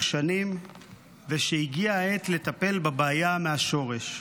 שנים ושהגיעה העת לטפל בבעיה מהשורש.